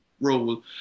role